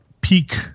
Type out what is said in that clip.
peak